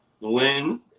win